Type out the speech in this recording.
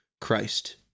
Christ